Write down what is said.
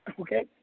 okay